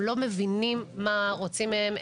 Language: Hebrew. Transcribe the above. הם לא מבינים מה רוצים מהם.